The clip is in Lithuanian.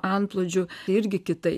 antplūdžiu irgi kitaip